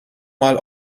mal